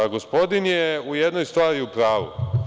Gospodi je u jednoj stvari u pravu.